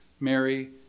Mary